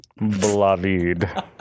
Blavide